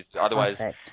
otherwise